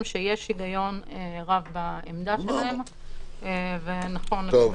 שיש היגיון רב בעמדה שלהם ולכן נכון לקבל